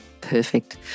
Perfect